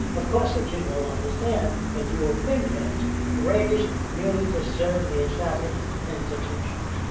of course, the kid will understand that you're pinheads raised merely to serve the established institutons.